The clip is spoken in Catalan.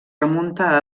remunta